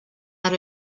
out